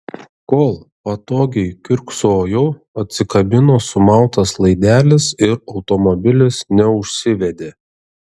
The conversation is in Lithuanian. kol patogiai kiurksojau atsikabino sumautas laidelis ir automobilis neužsivedė